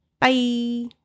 Bye